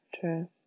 true